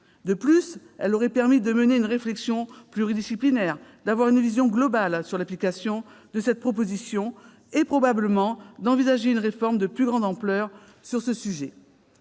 De plus, elle aurait permis de mener une réflexion pluridisciplinaire, d'avoir une vision globale sur l'application de cette proposition et, probablement, d'envisager une réforme de plus grande ampleur sur le sujet.